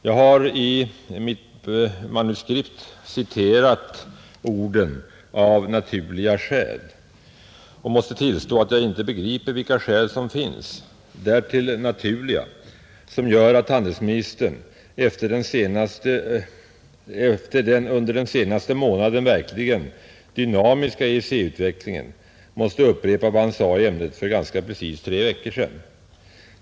Jag har i mitt manuskript citerat orden ”av naturliga skäl” och måste tillstå att jag icke begriper vilka skäl som finns, därtill naturliga som gör att handelsministern efter den under den senaste månaden verkligen dynamiska EEC-utvecklingen måste upprepa vad han sade i ämnet för ganska precis tre veckor sedan.